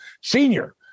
Senior